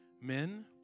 Men